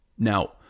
Now